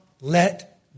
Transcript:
let